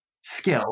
skill